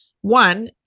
one